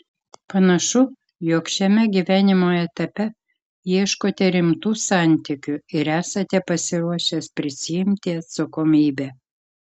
panašu jog šiame gyvenimo etape ieškote rimtų santykių ir esate pasiruošęs prisiimti atsakomybę